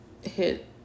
hit